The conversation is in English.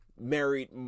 married